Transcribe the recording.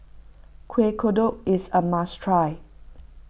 Kueh Kodok is a must try